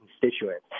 constituents